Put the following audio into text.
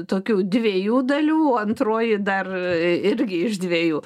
tokių dviejų dalių antroji dar irgi iš dviejų